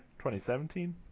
2017